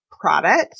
product